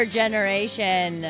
generation